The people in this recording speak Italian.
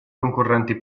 concorrenti